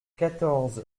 quatorze